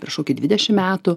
prieš kokį dvidešim metų